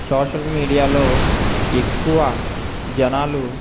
social మీడియాలో ఎక్కువ జనాలు